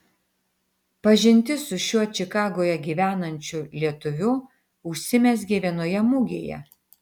pažintis su šiuo čikagoje gyvenančiu lietuviu užsimezgė vienoje mugėje